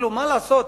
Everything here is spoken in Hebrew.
מה לעשות,